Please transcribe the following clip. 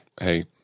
hey